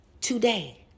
today